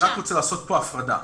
אני רוצה לעשות כאן הפרדה.